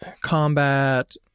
combat